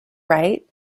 right